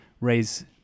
raise